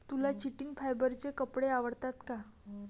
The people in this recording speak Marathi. तुला चिटिन फायबरचे कपडे आवडतात का?